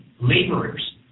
laborers